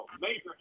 Major